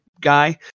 guy